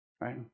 right